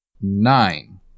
nine